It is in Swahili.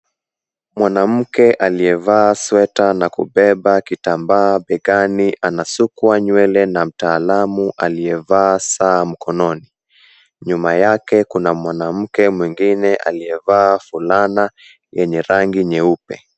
Mwanamke aliyevaa sweta na kubeba klitambaa begani, anasukwa nywele na mtaalamu aliyevaa saa mkononi. Nyuma yake kuna mwanamke mwingine aliyevaa fulana yenye rangi nyeupe.